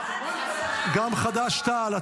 גם חד"ש-תע"ל?